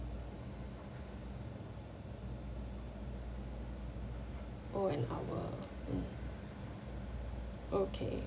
oh an hour okay